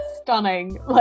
Stunning